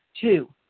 Two